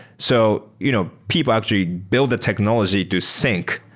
so you know people actually build the technology to sync.